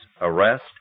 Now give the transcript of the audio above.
arrest